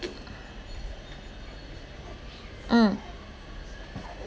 mm